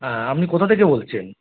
হ্যাঁ আপনি কোথা থেকে বলছেন